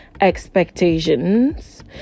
expectations